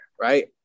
right